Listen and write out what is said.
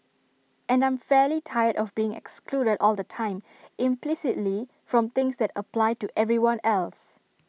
and I'm fairly tired of being excluded all the time implicitly from things that apply to everyone else